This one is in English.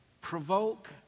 provoke